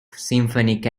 symphonic